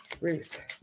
Ruth